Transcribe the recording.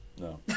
No